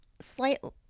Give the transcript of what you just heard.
slightly